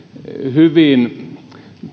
hyvin